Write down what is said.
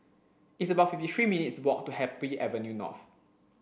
it's about fifty three minutes' walk to Happy Avenue North